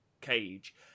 cage